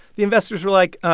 the investors were like,